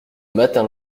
matin